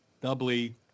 doubly